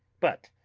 but,